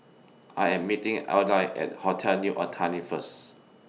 I Am meeting Adlai At Hotel New Otani First